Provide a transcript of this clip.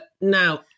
now